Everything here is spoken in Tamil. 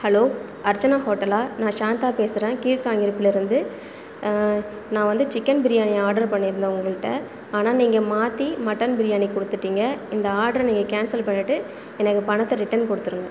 ஹலோ அர்ச்சனா ஹோட்டலா நான் சாந்தா பேசுகிறேன் கீழ்காங்கிருப்பிலேருருந்து நான் வந்து சிக்கன் பிரியாணி ஆர்டர் பண்ணியிருந்தேன் உங்கள்கிட்ட ஆனால் நீங்கள் மாற்றி மட்டன் பிரியாணி கொடுத்துட்டீங்க இந்த ஆட்டரை நீங்கள் கேன்சல் பண்ணிவிட்டு எனக்கு பணத்தை ரிட்டன் கொடுத்துருங்க